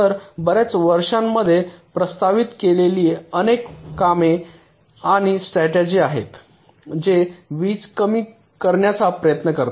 तर बर्याच वर्षांमध्ये प्रस्तावित केलेली अनेक कामे आणि स्ट्रॅटेजी आहेत जे वीज वापर कमी करण्याचा प्रयत्न करतात